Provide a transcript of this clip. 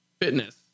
fitness